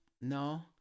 no